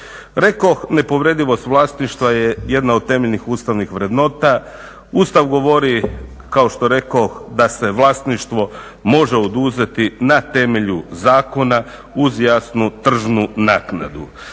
Rekoh, nepovredivost vlasništva jedna od temeljnih ustavnih vrednota. Ustav govori da se vlasništvo može oduzeti na temelju zakona uz jasnu tržnu naknadu.